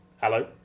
Hello